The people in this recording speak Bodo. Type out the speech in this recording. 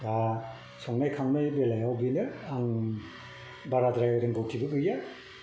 संनाय खावनाय बेलायाव बेनो आं बाराद्राय रोंगौथिबो गैया